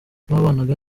babanaga